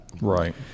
right